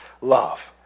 love